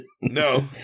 No